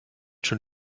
schon